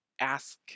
ask